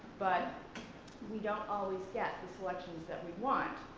but we don't always get the selections that we want,